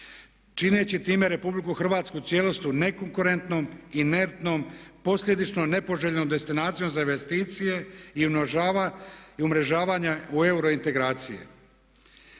čineći time RH u cijelosti nekonkurentnom, inertnom, posljedično nepoželjnom destinacijom za investicije i umrežavanje u euro integracije.